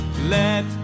let